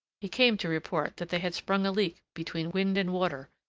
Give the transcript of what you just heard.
he came to report that they had sprung a leak between wind and water,